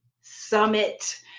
summit